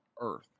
earth